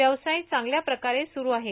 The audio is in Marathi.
व्यवसाय चांगल्या प्रकारे सुरु आहे